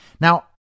Now